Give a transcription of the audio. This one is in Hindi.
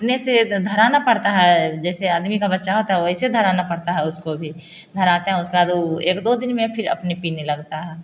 अपने से धराना पड़ता है जैसे आदमी का बच्चा होता है वैसे धराना पड़ता है उसको भी धराते हैं उसका भी एक दो दिन में फिर अपने पीने लगता है